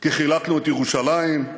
כי חילקנו את ירושלים?